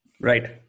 Right